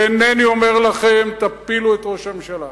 ואינני אומר לכם: תפילו את ראש הממשלה.